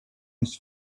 his